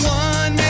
one